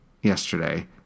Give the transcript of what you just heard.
yesterday